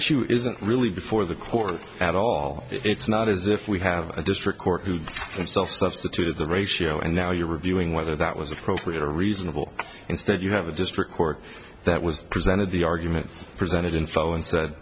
issue isn't really before the court at all it's not as if we have a district court who himself substituted the ratio and now you're reviewing whether that was appropriate or reasonable instead you have a district court that was presented the arguments presented in full and said